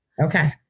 Okay